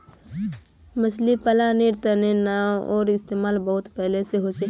मछली पालानेर तने नाओर इस्तेमाल बहुत पहले से होचे